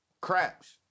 craps